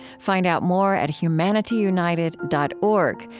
find out more at humanityunited dot org,